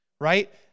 Right